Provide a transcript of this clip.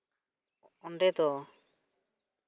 ᱚᱸᱰᱮ ᱫᱚ